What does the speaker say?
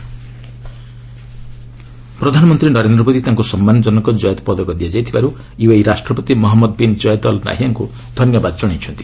PM UAE award ପ୍ରଧାନମନ୍ତ୍ରୀ ନରେନ୍ଦ୍ର ମୋଦି ତାଙ୍କୁ ସମ୍ମାନଜନକ ଜୟେଦ ପଦକ ଦିଆଯାଇଥିବାରୁ ୟୁଏଇ ରାଷ୍ଟ୍ରପତି ମହଞ୍ମଦ ବିନ୍ କୟେଦ୍ ଅଲ୍ ନାହିୟାଁଙ୍କୁ ଧନ୍ୟବାଦ ଜଣାଇଛନ୍ତି